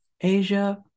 Asia